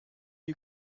you